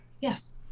Yes